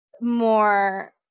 more